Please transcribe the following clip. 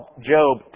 Job